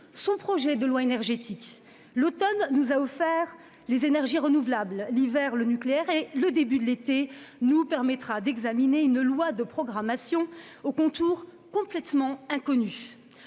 son projet de loi énergétique : l'automne nous a offert les énergies renouvelables ; l'hiver, le nucléaire ; le début de l'été nous verra examiner une loi de programmation aux contours complètement inconnus.